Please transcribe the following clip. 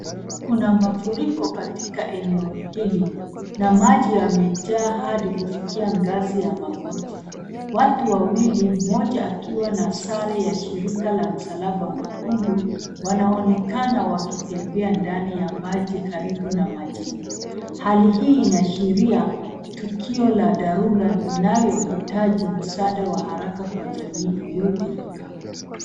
Kuna mafuriko katika eneo hili na maji yamejaa hadi kufikia ngazi ya magoti watu wawili moja akiwa na sare ya shirika ya msalaba mwekundu wanaonekana wakitembea ndani ya maji karibu na majengo. Hali hii inaashiria tukio la dharura linayohitaji msaada wa haraka kwa jamii iliyo dhirika.